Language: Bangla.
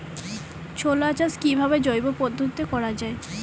ছোলা চাষ কিভাবে জৈব পদ্ধতিতে করা যায়?